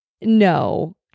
No